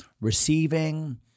receiving